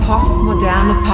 Postmoderne